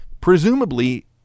Presumably